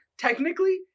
Technically